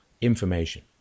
information